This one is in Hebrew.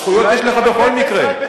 זכויות יש לך בכל מקרה.